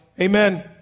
Amen